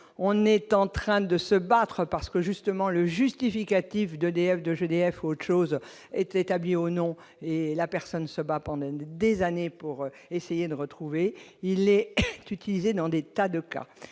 on est en train de se battre, parce que justement le justificatif d'EDF, de GDF ou autre chose est établie au nom, et la personne se bat pendant des années pour essayer de retrouver il est est utilisé dans des tas de cas